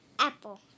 Apple